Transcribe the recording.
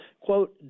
quote